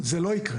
זה לא יקרה.